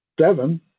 seven